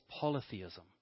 polytheism